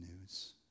news